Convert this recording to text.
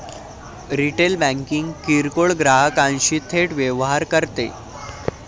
retail banking किरकोळ ग्राहकांशी थेट व्यवहार करते